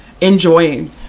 enjoying